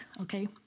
Okay